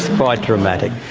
um ah dramatic.